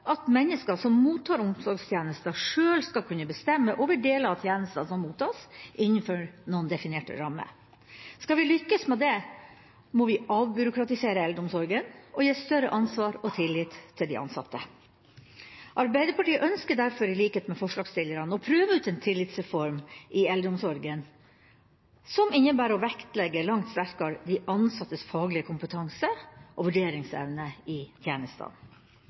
at mennesker som mottar omsorgstjenester, sjøl skal kunne bestemme over deler av tjenestene som mottas, innenfor definerte rammer. Skal vi lykkes med det, må vi avbyråkratisere eldreomsorgen og gi større ansvar og tillit til de ansatte. Arbeiderpartiet ønsker derfor, i likhet med forslagsstillerne, å prøve ut en tillitsreform i eldreomsorgen, som innebærer å vektlegge langt sterkere de ansattes faglige kompetanse og vurderingsevne i tjenestene.